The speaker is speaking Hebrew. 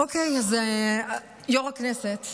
אוקיי, אז יושב-ראש הכנסת,